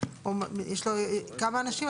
או יש לו כמה אנשים,